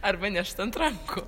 arba nešt ant rankų